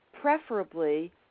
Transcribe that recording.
preferably